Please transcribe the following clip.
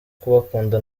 kubakunda